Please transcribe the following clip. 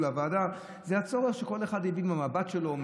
לוועדה זה הצורך שכל אחד הביא מהמבט שלו,